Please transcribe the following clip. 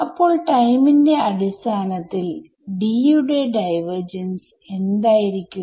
അപ്പോൾ ടൈമിന്റെ അടിസ്ഥാനത്തിൽ D യുടെ ഡൈവർജൻസ് എന്തായിരിക്കും